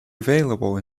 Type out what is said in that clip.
available